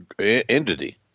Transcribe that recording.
entity